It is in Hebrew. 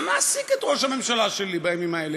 מה מעסיק את ראש הממשלה שלי בימים האלה?